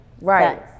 right